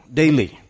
daily